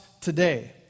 today